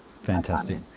fantastic